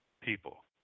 people